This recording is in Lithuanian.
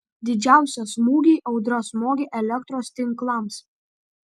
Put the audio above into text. didžiausią smūgį audra smogė elektros tinklams